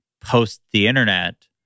post-the-internet